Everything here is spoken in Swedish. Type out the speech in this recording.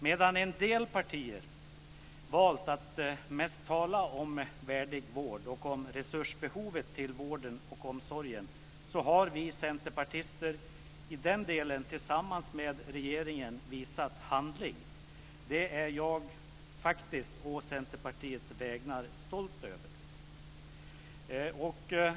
Medan en del partier valt att mest tala om värdig vård och om resursbehovet till vården och omsorgen har vi centerpartister i den delen tillsammans med regeringen visat handling. Det är jag faktist å Centerpartiets vägnar stolt över.